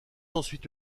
ensuite